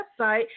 website